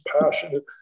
passionate